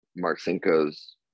Marcinko's